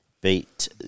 beat